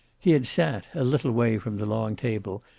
he had sat, a little way from the long table,